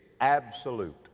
absolute